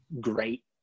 great